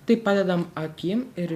taip padedam akim ir